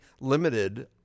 limited